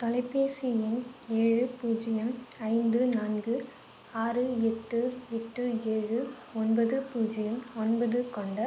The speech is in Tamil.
தொலைபேசி எண் ஏழு பூஜ்ஜியம் ஐந்து நான்கு ஆறு எட்டு எட்டு ஏழு ஒன்பது பூஜ்ஜியம் ஒன்பது கொண்ட